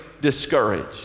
discouraged